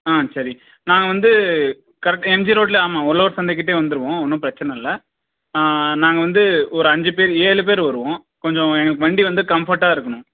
ஆ சரி நான் வந்து கரெட்டாக என்ஜி ரோடில் ஆமாம் உழவர் சந்தைக்கிட்டயே வந்துருவோம் ஒன்றும் பிரச்சனை இல்லை நாங்கள் வந்து ஒரு அஞ்சு பேர் ஏழு பேர் வருவோம் கொஞ்சம் எங்களுக்கு வண்டி வந்து கம்ஃபோர்ட்டாக இருக்கணும்